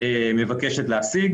על פי מודל הביניים שהוא מתערב,